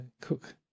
cook